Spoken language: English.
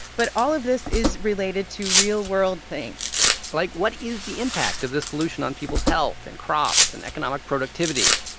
but all of this is related to real-world things like, what is the impact of this pollution on people's health and crops and economic productivity?